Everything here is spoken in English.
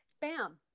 Bam